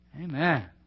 Amen